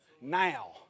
now